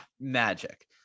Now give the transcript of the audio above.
magic